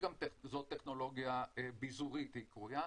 טכנולוגיה ביזורית היא קרויה.